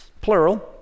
plural